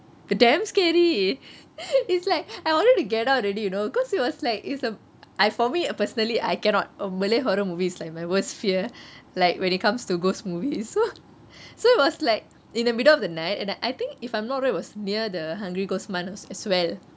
damn scary is like I wanted to get out already you know because it was like it's ah I for me personally I cannot uh malay horror movies like my worst fear like when it comes to ghost movies so so it was like in the middle of the night and I think if I'm not wrong it was near the hungry ghost month as well